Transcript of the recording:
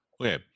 Okay